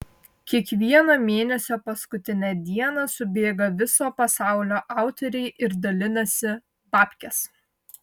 kiekvieno mėnesio paskutinę dieną subėga viso pasaulio autoriai ir dalinasi babkes